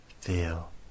feel